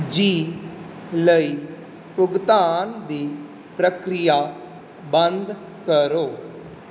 ਜ਼ੀ ਲਈ ਭੁਗਤਾਨ ਦੀ ਪ੍ਰਕਿਰਿਆ ਬੰਦ ਕਰੋ